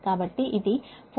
కాబట్టి ఇది 4